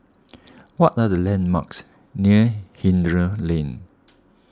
what are the landmarks near Hindhede Lane